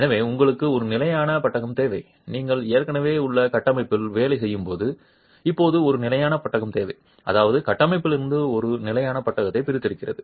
எனவே உங்களுக்கு ஒரு நிலையான பட்டகம் தேவை நீங்கள் ஏற்கனவே உள்ள கட்டமைப்பில் வேலை செய்யும்போது இப்போது ஒரு நிலையான பட்டகம் தேவை அதாவது கட்டமைப்பிலிருந்து ஒரு நிலையான பட்டகத்தை பிரித்தெடுக்கிறது